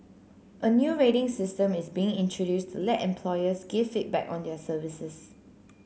a new rating system is being introduced to let employers give feedback on their services